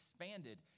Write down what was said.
expanded